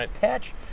patch